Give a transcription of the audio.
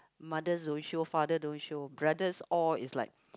mothers don't show father don't show brothers all is like